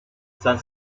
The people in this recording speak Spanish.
san